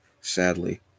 sadly